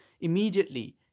immediately